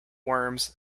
worms